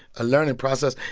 a learning process.